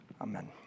Amen